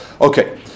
Okay